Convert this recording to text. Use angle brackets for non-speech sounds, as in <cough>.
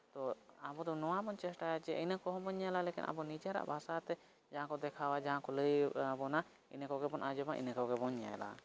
ᱛᱚ ᱟᱵᱚᱫᱚ ᱱᱚᱣᱟᱵᱚᱱ ᱪᱮᱥᱴᱟᱭᱟ ᱡᱮ ᱤᱱᱟᱹ ᱠᱚᱦᱚᱸᱵᱚᱱ ᱧᱮᱞᱟ <unintelligible> ᱟᱵᱚ ᱱᱤᱡᱮᱨᱟᱜ ᱵᱷᱟᱥᱟᱛᱮ ᱡᱟᱦᱟᱸ ᱠᱚ ᱫᱮᱠᱷᱟᱣᱟ ᱡᱟᱦᱟᱸ ᱠᱚ ᱞᱟᱹᱭ ᱟᱵᱚᱱᱟ ᱤᱱᱟᱹ ᱠᱚᱜᱮᱵᱚᱱ ᱟᱸᱡᱚᱢᱟ ᱤᱱᱟᱹ ᱠᱚᱜᱮᱵᱚᱱ ᱧᱮᱞᱟ